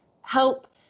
help